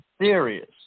serious